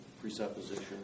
presupposition